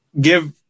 give